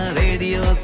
radio